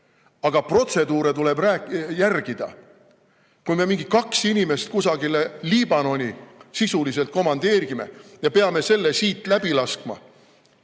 Aga protseduure tuleb järgida. Kui me mingi kaks inimest kusagile Liibanoni sisuliselt komandeerime ja peame selle siit läbi laskma,